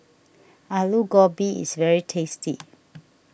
Aloo Gobi is very tasty